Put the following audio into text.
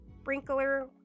sprinkler